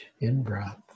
in-breath